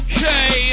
Okay